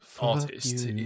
artist